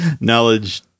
knowledge